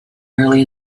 early